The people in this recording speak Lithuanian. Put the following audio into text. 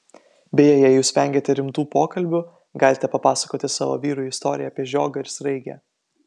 beje jei jūs vengiate rimtų pokalbių galite papasakoti savo vyrui istoriją apie žiogą ir sraigę